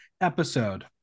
episode